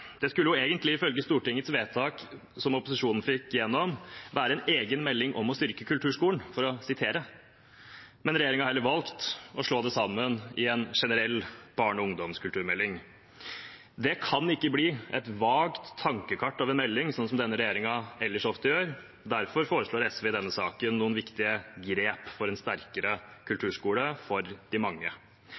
Det skulle egentlig ifølge Stortingets vedtak som opposisjonen fikk gjennom, være «en egen stortingsmelding om en styrket kulturskole», for å sitere. Men regjeringen har heller valgt å slå det sammen i en generell barne- og ungdomskulturmelding. Det kan ikke bli et vagt tankekart av en melding, sånn som denne regjeringen ellers ofte gjør. Derfor foreslår SV i denne saken noen viktige grep for en sterkere kulturskole for de mange.